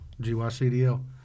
GYCDL